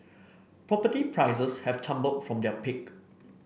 property prices have tumbled from their peak